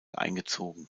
eingezogen